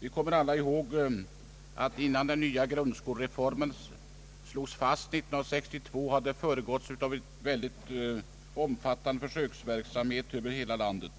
Vi kommer alla ihåg att innan den nya grundskolereformen slogs fast 1962 hade den föregåtts av en mycket omfattande försöksverksamhet över hela landet.